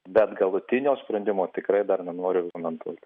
bet galutinio sprendimo tikrai dar nenoriu komentuoti